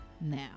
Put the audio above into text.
Now